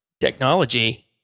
technology